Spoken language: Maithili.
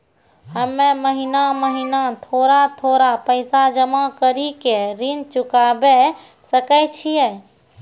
हम्मे महीना महीना थोड़ा थोड़ा पैसा जमा कड़ी के ऋण चुकाबै सकय छियै?